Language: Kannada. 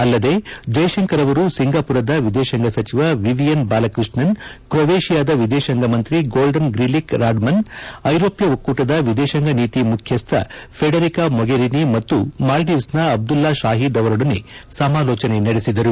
ಅಲ್ಲದೆ ಜೈಶಂಕರ್ ಅವರು ಸಿಂಗಪುರದ ವಿದೇಶಾಂಗ ಸಚಿವ ವಿವಿಯನ್ ಬಾಲಕೃಷ್ಣನ್ ಕ್ರೋವೇಶಿಯಾದ ವಿದೇಶಾಂಗ ಮಂತ್ರಿ ಗೋಲ್ಡನ್ ಗ್ರಿಲಿಕ್ ರಾಡ್ಮನ್ ಐರೋಪ್ಯ ಒಕ್ಕೂಟದ ವಿದೇಶಾಂಗ ನೀತಿ ಮುಖ್ಯಸ್ದ ಫೆಡೆರಿಕಾ ಮೊಗೆರಿನಿ ಮತ್ತು ಮಾಲ್ದೀವ್ಸ್ನ ಅಬ್ದುಲ್ಲಾ ಶಾಹೀದ್ ಅವರೊಡನೆ ಸಮಾಲೋಚನೆ ನಡೆಸಿದರು